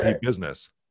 business